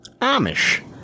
Amish